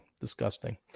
Disgusting